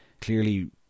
clearly